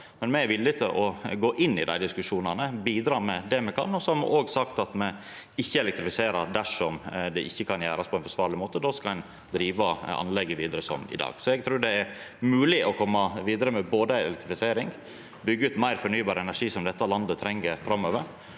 me er villige til å gå inn i dei diskusjonane og bidra med det me kan. Me har òg sagt at me ikkje elektrifiserer dersom det ikkje kan gjerast på ein forsvarleg måte. Då skal ein driva anlegget vidare som i dag. Eg trur det er mogleg å koma vidare med både å elektrifisera og å byggja ut meir fornybar energi som dette landet treng framover,